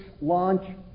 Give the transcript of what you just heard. launch